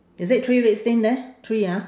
is it three red stain there three ah